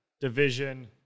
division